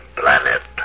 planet